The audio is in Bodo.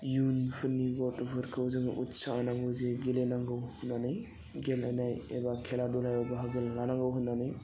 इयुनफोरनि गथ'फोरखौ जोङो उतसा होनांगौ जे गेलेनांगौ होननानै गेलेनाय एबा खेला दुलायाव बाहागो लानांगौ होननानै